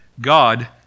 God